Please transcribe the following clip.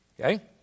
Okay